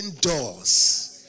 doors